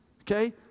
okay